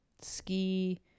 ski